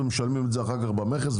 ומשלמים את זה אחר כך במכס,